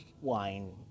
wine